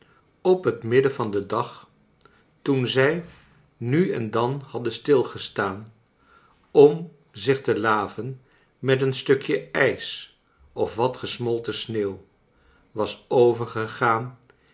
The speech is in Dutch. op het midden van den dag toen zij nu en dan hadden stilgestaan om zich te laven met een stukje ijs of wat gesmolten sneeuw was overgegaan